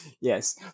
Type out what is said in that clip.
yes